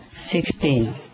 sixteen